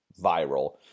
viral